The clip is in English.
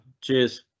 Cheers